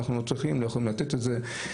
אנחנו לא יכולים לתת את זה,